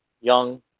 young